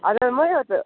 हजुर मै हो त